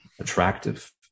attractive